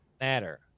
Matter